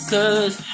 Cause